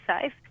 safe